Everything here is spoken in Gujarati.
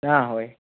ના હોય